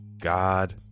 God